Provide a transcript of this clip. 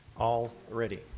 already